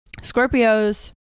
Scorpios